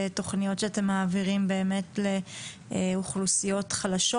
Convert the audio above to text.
ותוכניות שאתם מעבירים לאוכלוסיות חלשות